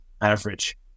average